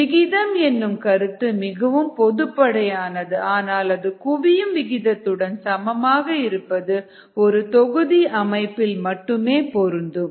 விகிதம் என்னும் கருத்து மிகவும் பொதுப்படையானது ஆனால் அது குவியும் விகிதத்துடன் சமமாக இருப்பது ஒரு தொகுதி அமைப்பில் மட்டுமே பொருந்தும்